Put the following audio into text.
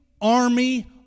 army